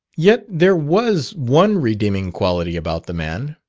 yet there was one redeeming quality about the man